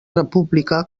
república